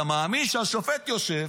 אתה מאמין שהשופט יושב,